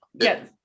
yes